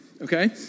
okay